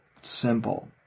simple